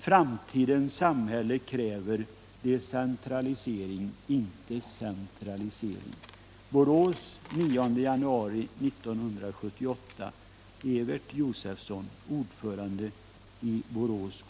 Framtidens samhälle kräver decentralisering inte centralisering.